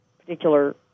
particular